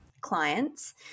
clients